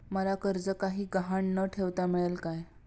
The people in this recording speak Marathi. मला कर्ज काही गहाण न ठेवता मिळेल काय?